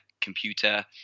computer